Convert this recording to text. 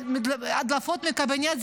הדלפות מהקבינט,